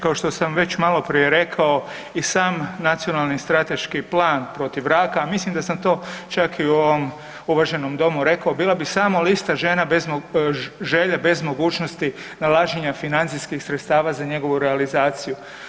Kao što sam već maloprije rekao i sam Nacionalni strateški plan protiv raka, mislim da sam to čak i u ovom uvaženom Domu rekao, bila bi samo lista želja bez mogućnosti nalaženja financijskih sredstava za njegovu realizaciju.